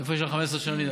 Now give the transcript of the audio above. איפה יש להם 15 שנה ניסיון?